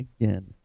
again